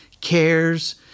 cares